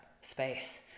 space